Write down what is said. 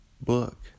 book